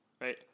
Right